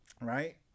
right